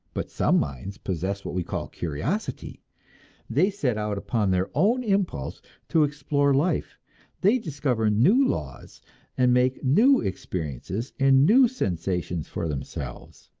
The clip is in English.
but some minds possess what we call curiosity they set out upon their own impulse to explore life they discover new laws and make new experiences and new sensations for themselves.